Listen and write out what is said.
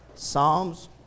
Psalms